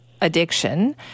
addiction